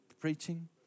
preaching